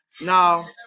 Now